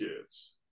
kids